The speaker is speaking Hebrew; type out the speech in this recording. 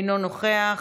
אינו נוכח,